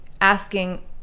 asking